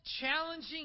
challenging